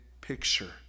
picture